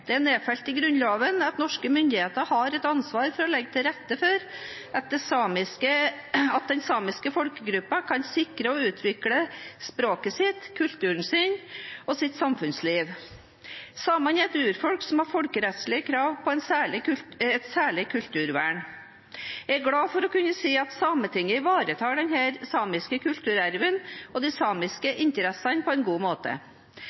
Det er nedfelt i Grunnloven at norske myndigheter har et ansvar for å legge til rette for at den samiske folkegruppen kan sikre og utvikle språket sitt, kulturen sin og samfunnslivet sitt. Samene er et urfolk som har folkerettslig krav på et særlig kulturvern. Jeg er glad for å kunne si at Sametinget ivaretar den samiske kulturarven og de samiske interessene på en god måte.